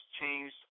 changed